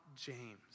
James